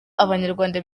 abanyarwanda